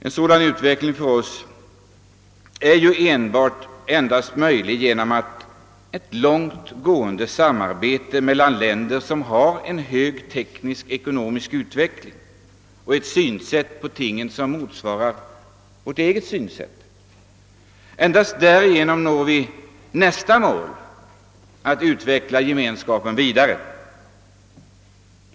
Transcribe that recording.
En sådan utveckling är för oss enbart möjlig genom ett långt gående samarbete mellan länder, som har en hög teknisk-ekonomisk utveckling och ett synsätt på tingen som motsvarar vårt eget. Endast därigenom når vi nästa mål, att utveckla Gemenskapen vidare.